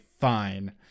fine